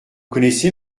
connaissez